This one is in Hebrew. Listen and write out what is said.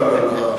לא.